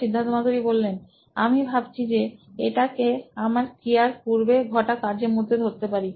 Siddharth Maturi C E O নোইন electronics আমি ভাবছি যে এটিকে আমরা ক্রিয়ার পূর্বে ঘটা কার্যের মধ্যে ধরতে পারি